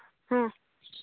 ᱦᱮᱸ